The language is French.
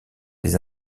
des